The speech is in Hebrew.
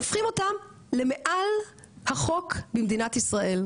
הופכים אותם למעל החוק במדינת ישראל,